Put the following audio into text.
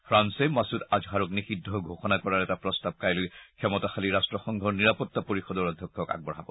ফ্ৰালে মাছুদ আজহাৰক নিষিদ্ধ ঘোষণা কৰাৰ এটা প্ৰস্তাৱ কাইলৈ ক্ষমতাশালী ৰট্টসংঘৰ নিৰাপত্তা পৰিষদৰ অধ্যক্ষক আগবঢ়াব